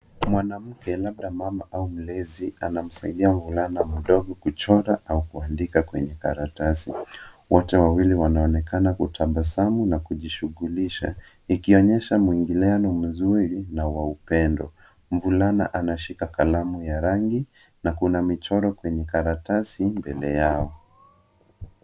Mwanamke labda mama au mlezi, anamsaidia mvulana mdogo kuchora au kuandika kwenye karatasi. Wote wawili wanaonekana kutabasamu na kujishughulisha, ikionyesha mwingiliano mzuri na wa upendo. Mvulana anashika kalamu ya rangi na kuna michoro kwenye karatasi mbele yao.